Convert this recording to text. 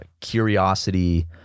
curiosity